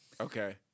okay